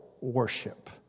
worship